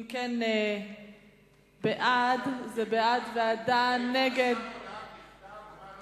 אם כן, בעד זה בעד ועדה, הוא מסר הודעה בכתב?